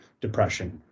depression